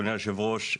אדוני היושב-ראש,